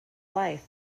life